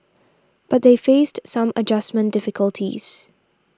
but they faced some adjustment difficulties